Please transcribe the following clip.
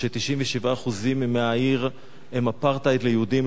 וש-97% מהעיר הם אפרטהייד ליהודים.